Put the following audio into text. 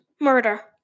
Murder